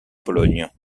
pologne